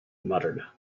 muttered